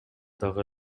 дагы